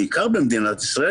בעיקר במדינת ישראל,